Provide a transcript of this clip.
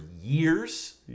years